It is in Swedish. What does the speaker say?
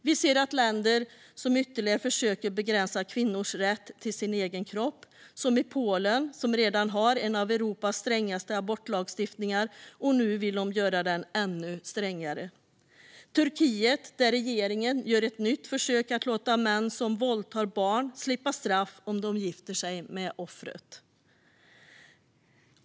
Vi ser länder som ytterligare försöker begränsa kvinnors rätt till sin egen kropp. Polen har redan en av Europas strängaste abortlagstiftningar och vill nu göra den ännu strängare. I Turkiet gör regeringen ett nytt försök att låta män som våldtar barn slippa straff om de gifter sig med offret.